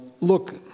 look